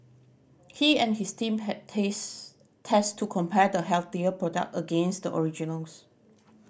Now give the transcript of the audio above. he and his team had taste test to compare the healthier product against the originals